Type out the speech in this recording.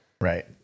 Right